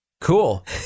Cool